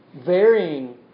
varying